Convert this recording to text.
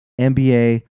NBA